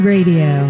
Radio